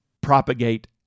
propagate